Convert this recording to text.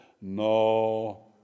No